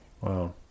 Wow